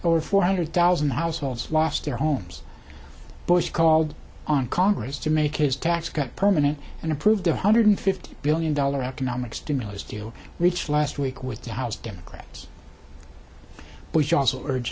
over four hundred thousand households lost their homes bush called on congress to make a tax cut permanent and approved a one hundred fifty billion dollars economic stimulus to reach last week with the house democrats but he also urge